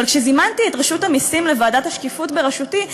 אבל כשזימנתי את רשות המסים לוועדת השקיפות בראשותי,